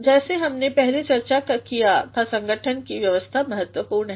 जैसा हमने पहले चर्चा किया था संगठन की व्यवस्था महत्वपूर्ण है